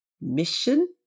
mission